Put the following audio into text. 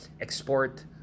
export